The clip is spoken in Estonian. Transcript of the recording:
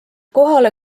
kohale